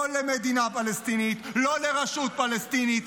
לא למדינה פלסטינית, לא לרשות פלסטינית.